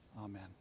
Amen